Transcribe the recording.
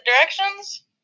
directions